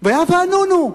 והיה ואנונו.